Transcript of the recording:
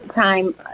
time